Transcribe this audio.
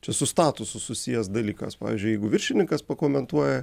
čia su statusu susijęs dalykas pavyzdžiui jeigu viršininkas pakomentuoja